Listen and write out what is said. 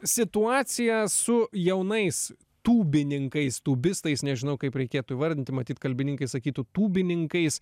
situacija su jaunais tūbininkais tūbistais nežinau kaip reikėtų įvardint matyt kalbininkai sakytų tūbininkais